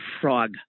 frog